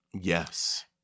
Yes